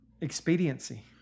expediency